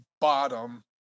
bottom